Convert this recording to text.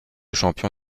champion